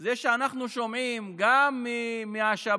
זה שאנחנו שומעים גם מהשב"כ,